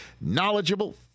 knowledgeable